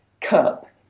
cup